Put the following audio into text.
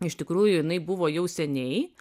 iš tikrųjų jinai buvo jau seniai